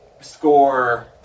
score